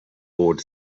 board